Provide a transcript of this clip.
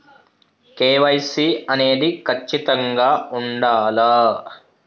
KYC అనేది ఖచ్చితంగా ఉండాలా?